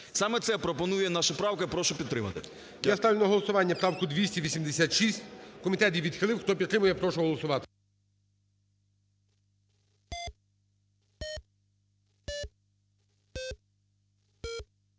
Саме це пропонує наша правка. Я прошу підтримати. ГОЛОВУЮЧИЙ. Я ставлю на голосування правку 286, комітет її відхилив. Хто підтримує, я прошу голосувати.